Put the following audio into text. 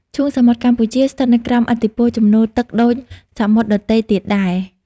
ឈូងសមុទ្រកម្ពុជាស្ថិតនៅក្រោមឥទ្ធិពលជំនោរទឹកដូចសមុទ្រដទៃទៀតដែរ។